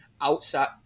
outside